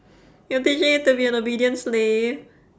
you're teaching it to be an obedient slave